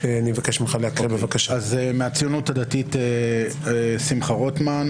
מהציונות הדתית שמחה רוטמן.